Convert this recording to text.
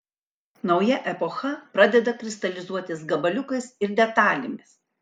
nauja epocha pradeda kristalizuotis gabaliukais ir detalėmis